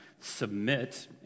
submit